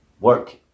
work